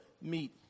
meet